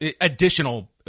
additional